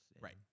right